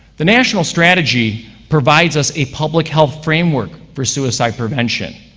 the national strategy provides us a public health framework for suicide prevention.